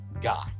guy